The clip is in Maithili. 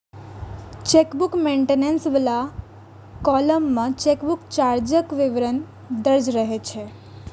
चेकबुक मेंटेनेंस बला कॉलम मे चेकबुक चार्जक विवरण दर्ज रहै छै